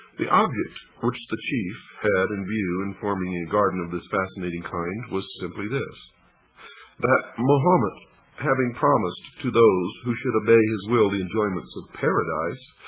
the object which the chief had in view in forming a garden of this fascinating kind was simply this that mahomet having promised to those who should obey his will the enjoyments of paradise,